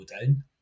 down